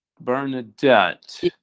Bernadette